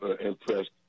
impressed